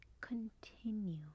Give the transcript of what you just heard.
continue